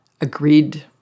agreed